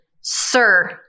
Sir